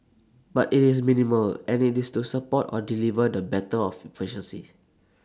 but IT is minimal and IT is to support or deliver the better of efficiency